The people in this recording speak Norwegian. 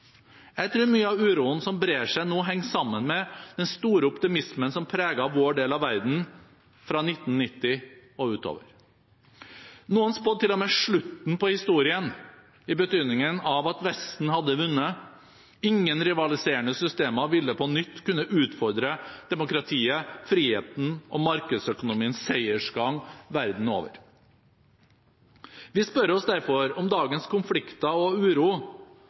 Jeg tror mye av uroen som brer seg nå, henger sammen med den store optimismen som preget vår del av verden fra 1990 og utover. Noen spådde til og med slutten på historien, i betydningen at Vesten hadde vunnet, ingen rivaliserende systemer ville på nytt kunne utfordre demokratiet, friheten og markedsøkonomiens seiersgang verden over. Vi spør oss derfor om dagens konflikter og uro